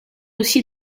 aussi